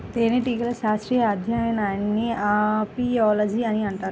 తేనెటీగల శాస్త్రీయ అధ్యయనాన్ని అపియాలజీ అని అంటారు